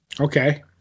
Okay